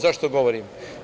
Zašto govorim?